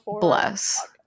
Bless